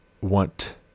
want